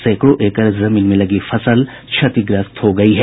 सैकड़ों एकड़ जमीन में लगी फसल क्षतिग्रस्त हो गयी है